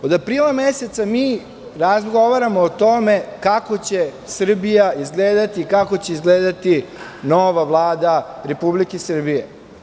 Od aprila meseca mi razgovaramo o tome kako će Srbija izgledati, kako će izgledati nova Vlada Republike Srbije.